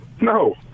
No